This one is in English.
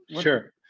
Sure